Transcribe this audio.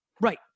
Right